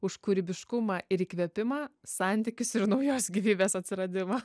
už kūrybiškumą ir įkvėpimą santykius ir naujos gyvybės atsiradimą